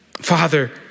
Father